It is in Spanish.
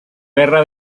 guerra